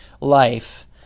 life